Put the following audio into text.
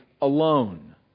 alone